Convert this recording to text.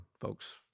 folks